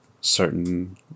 certain